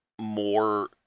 more